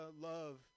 Love